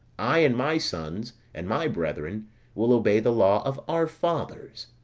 i and my sons, and my brethren will obey the law of our fathers.